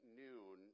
noon